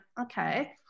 okay